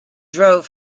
drove